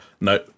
no